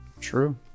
True